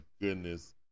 goodness